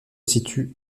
situe